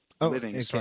living